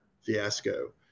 fiasco